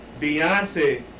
Beyonce